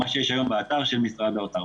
מה שיש היום באתר של משרד האוצר.